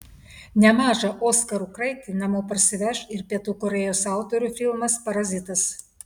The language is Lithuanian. nemažą oskarų kraitį namo parsiveš ir pietų korėjos autorių filmas parazitas